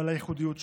ועל הייחודיות שלה.